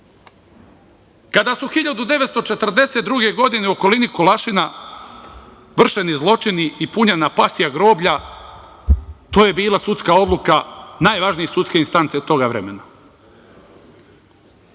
su 1942. godine u okolini Kolašina vršeni zločini i punjena pasja groblja to je bila sudska odluka najvažnije sudske instance toga vremena.